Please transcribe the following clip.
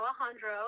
Alejandro